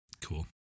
Cool